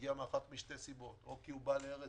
מגיע מאחת משתי סיבות: או כי בא לארץ